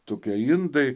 tokie indai